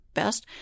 best